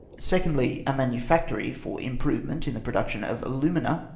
secondly, a manufactory for improvement in the production of alu mina,